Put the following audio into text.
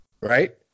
right